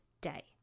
day